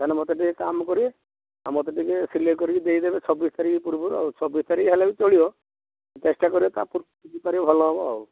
କାହିଁନା ମୋତେ ଟିକିଏ କାମ କରିବେ ଆଉ ମୋତେ ଟିକିଏ ସିଲାଇ କରିକି ଦେଇ ଦେବେ ଛବିଶ ତାରିଖ ପୂର୍ବରୁ ଆଉ ଛବିଶ ତାରିଖ ହେଲେ ବି ଚଳିବ ଚେଷ୍ଟା କରିବେ ତା'ପୂର୍ବରୁ ଭଲ ହବ ଆଉ